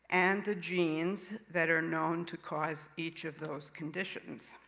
and the genes that are known to cause each of those conditions.